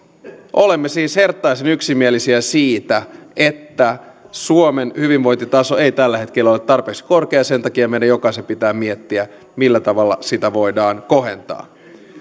olemme siis herttaisen yksimielisiä siitä että suomen hyvinvointitaso ei tällä hetkellä ole tarpeeksi korkea sen takia meidän jokaisen pitää miettiä millä tavalla sitä voidaan kohentaa